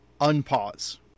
unpause